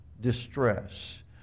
distress